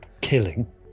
killing